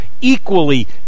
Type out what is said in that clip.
equally